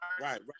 Right